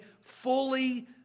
fully